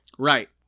Right